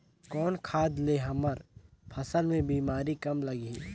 कौन खाद ले हमर फसल मे बीमारी कम लगही?